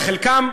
בחלקם,